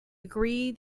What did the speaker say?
agree